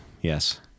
yes